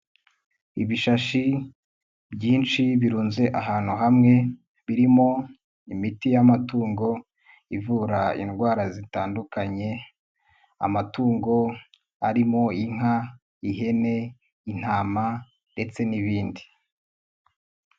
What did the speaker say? Ibishashi byinshi birunze ahantu hamwe, birimo imiti y'amatungo ivura indwara zitandukanye, amatungo arimo inka, ihene, intama, ndetse n'ibindi.